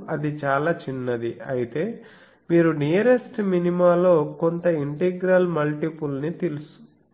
ఇప్పుడు అది చాలా చిన్నది అయితే మీరు నియరెస్ట్ మినిమాలో కొంత ఇంటెగ్రల్ మల్టిపుల్ని